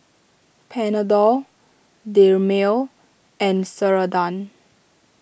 Panadol Dermale and Ceradan